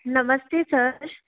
नमस्ते सर